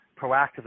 proactively